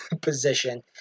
position